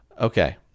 Okay